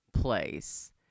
place